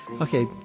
Okay